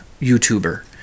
YouTuber